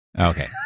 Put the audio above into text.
Okay